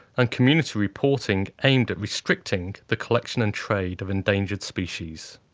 and community reporting aimed at restricting the collection and trade of endangered species.